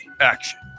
Action